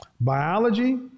biology